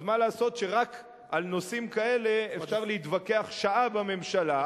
אז מה לעשות שרק על נושאים כאלה אפשר להתווכח שעה בממשלה,